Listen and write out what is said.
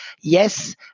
yes